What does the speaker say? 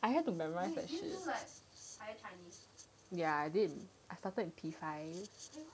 I had to like memorise this shit ya I did I started in P five